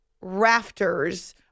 rafters